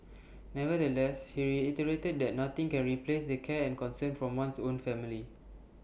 nevertheless he reiterated that nothing can replace the care and concern from one's own family